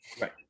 right